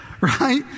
Right